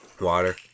water